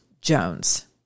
Jones